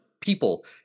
people